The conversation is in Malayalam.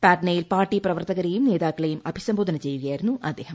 പട്നയിൽ പാർട്ടി പ്രവർത്തകരെയും നേതാക്കളെയും അഭിസംബോധന ചെയ്യുകയായിരുന്നു അദ്ദേഹം